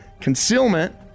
concealment